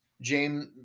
James